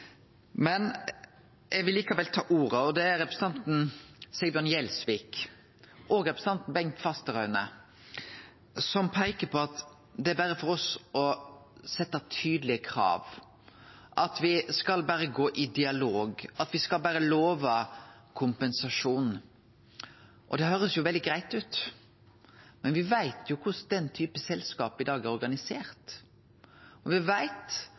Eg vil likevel ta ordet. Det var representanten Sigbjørn Gjelsvik og representanten Bengt Fasteraune som peika på at det berre er for oss å setje tydelege krav, berre å gå i dialog, berre å love kompensasjon. Det høyrest jo veldig greitt ut, men me veit korleis den typen selskap er organiserte i dag, og me veit